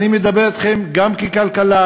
אני מדבר אתכם גם ככלכלן,